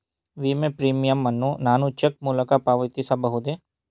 ವಿಮೆ ಪ್ರೀಮಿಯಂ ಅನ್ನು ನಾನು ಚೆಕ್ ಮೂಲಕ ಪಾವತಿಸಬಹುದೇ?